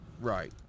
Right